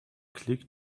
click